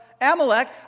Amalek